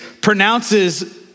pronounces